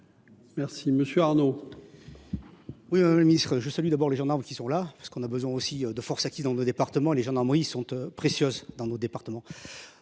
Merci monsieur Arnaud. Oui le ministre, je suis d'abord les gendarmes qui sont là parce qu'on a besoin aussi de force accident de départements les gendarmeries sont précieuses dans nos départements.